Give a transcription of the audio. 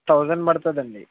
thousand పడతుందండి